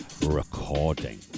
recording